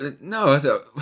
No